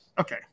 Okay